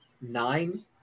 nine